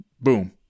Boom